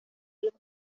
los